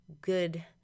good